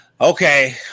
Okay